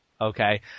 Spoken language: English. okay